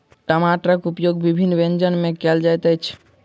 टमाटरक उपयोग विभिन्न व्यंजन मे कयल जाइत अछि